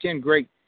great